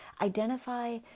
Identify